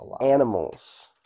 animals